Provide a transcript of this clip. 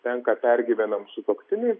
tenka pergyvenam sutuoktiniui